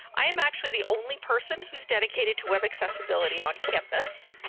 i am actually the only person who's dedicated to web accessibility on campus.